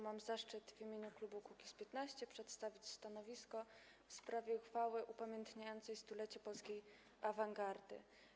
Mam zaszczyt w imieniu klubu Kukiz’15 przedstawić stanowisko w sprawie uchwały upamiętniającej 100-lecie polskiej awangardy.